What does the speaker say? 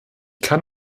kann